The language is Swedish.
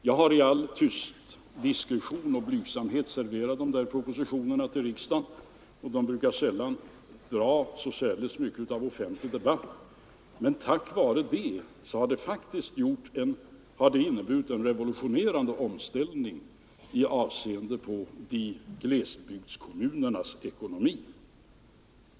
Jag har i tyst diskretion och blygsamhet serverat riksdagen de där propositionerna, och de brukar sällan orsaka så särdeles mycket of fentlig debatt. Men jag vill påpeka att den kommunala skatteutjämningen faktiskt har inneburit en revolutionerande omställning i avseende på glesbygdskommunernas ekonomi.